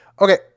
Okay